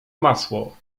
masło